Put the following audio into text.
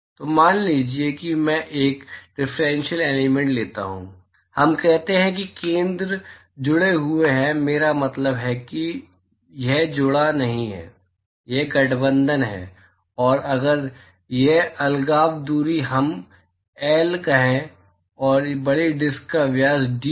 तो मान लीजिए कि मैं एक डिफरेंशियल एलिमेंट लेता हूं हम कहते हैं कि केंद्र जुड़े हुए हैं मेरा मतलब है कि यह जुड़ा नहीं है यह गठबंधन है और अगर यह अलगाव दूरी हम एल कहें और बड़ी डिस्क का व्यास डी है